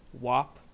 WAP